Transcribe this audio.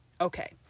Okay